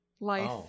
life